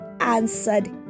answered